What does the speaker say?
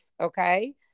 okay